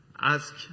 ask